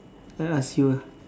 I ask you ah